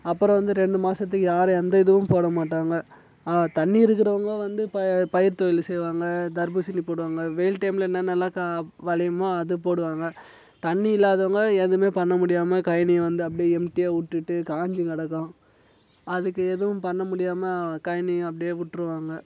அப்புறம் வந்து ரெண்டு மாதத்துக்கு யாரும் எந்த இதுவும் போடமாட்டாங்க தண்ணி இருக்கிறவங்க வந்து ப பயிர் தொழிலு செய்வாங்க தர்பூசணி போடுவாங்க வெயில் டைமில் என்னென்னல்லாம் கா விளையுமோ அது போடுவாங்க தண்ணி இல்லாதவங்க எதுவுமே பண்ண முடியாமல் கழனி வந்து அப்படியே எம்ட்டியாக விட்டுட்டு காஞ்சு கிடக்கும் அதுக்கு எதுவும் பண்ண முடியாமல் கழனியை அப்படியே விட்ருவாங்க